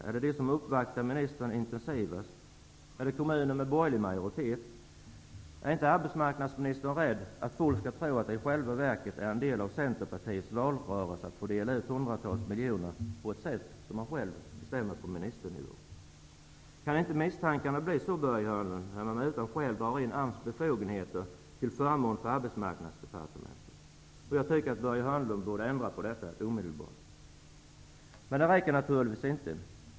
Är det de som uppvaktar ministern intensivast? Är det kommuner med borgerlig majoritet? Är inte arbetsmarknadsministern rädd att folk skall tro att det i själva verket är en del av Centerpartiets valrörelse att få dela ut hundratals miljoner kronor på ett sätt som man själv bestämmer på ministernivå? Kan det inte bli sådana misstankar, Börje Hörnlund, när man utan skäl drar in AMS befogenheter till förmån för Arbetsmarknadsdepartementet? Jag tycker att Börje Hörnlund borde ändra på detta omedelbart. Men det räcker naturligtvis inte.